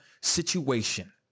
situation